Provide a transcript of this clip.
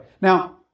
Now